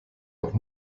noch